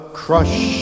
crush